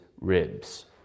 ribs